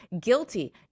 guilty